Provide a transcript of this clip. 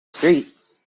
streets